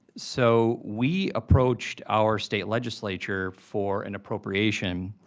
so, we approached our state legislature for an appropriation,